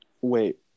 Wait